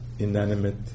inanimate